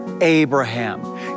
Abraham